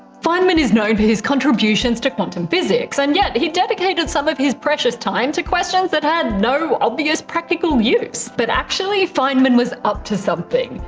feynman is known for his contributions to quantum physics and yet he dedicated some of his precious time to questions that had no obvious practical use. but actually, feynman was up to something.